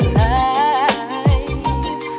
life